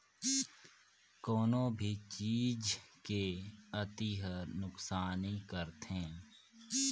कोनो भी चीज के अती हर नुकसानी करथे